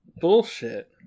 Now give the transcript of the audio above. bullshit